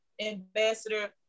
Ambassador